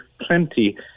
plenty